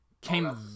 Came